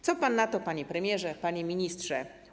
Co pan na to, panie premierze, panie ministrze?